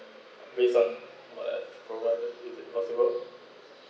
based on what I provided you is it possible